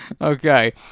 Okay